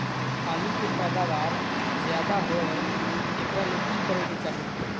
आलु के पैदावार ज्यादा होय एकरा ले की करे के चाही?